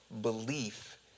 belief